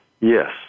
Yes